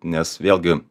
nes vėlgi